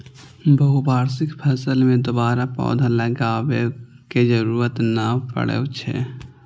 बहुवार्षिक फसल मे दोबारा पौधा लगाबै के जरूरत नै पड़ै छै